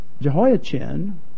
Jehoiachin